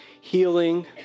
healing